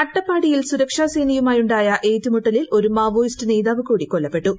അട്ടപ്പാടിയിൽ സുരിക്ഷ്മാ സേനയുമായുണ്ടായ ഏറ്റുമുട്ടലിൽ ഒരു മാവോയിസ്റ്റ് നേതാവ് കൂടി കൊല്ലപ്പെട്ടു